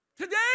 Today